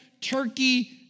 Turkey